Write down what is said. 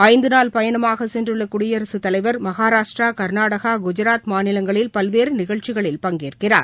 ஐந்து நாள் பயணமாக சென்றுள்ள குடியரசுத் தலைவர் மகாராஷ்டிரா கா்நாடகா குஜராத் மாநிலங்களில் பல்வேறு நிகழ்ச்சிகளில் பங்கேற்கிறார்